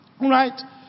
right